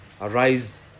arise